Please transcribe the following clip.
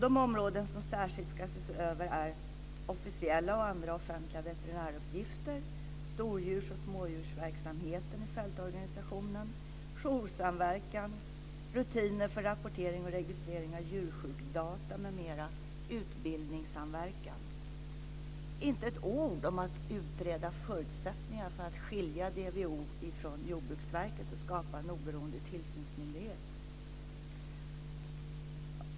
De områden som särskilt ska ses över är officiella och andra offentliga veterinäruppgifter, stordjurs och smådjursverksamheten i fältorganisationen, joursamverkan, rutiner för rapportering och registrering av djursjukdata m.m., utbildningssamverkan. Det står inte ett ord om att utreda förutsättningarna för att skilja DVO från Jordbruksverket och skapa en oberoende tillsynsmyndighet.